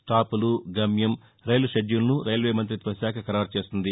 స్టాపులు గమ్యం రైలు షెడ్యూల్ను రైల్వే మంత్రిత్వశాఖ ఖరారు చేస్తుంది